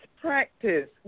practice